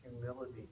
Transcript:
humility